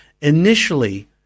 Initially